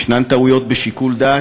יש טעויות בשיקול דעת,